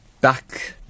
back